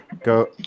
go